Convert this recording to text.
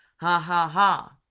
ha! ha! ha!